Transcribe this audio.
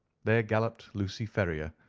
there galloped lucy ferrier,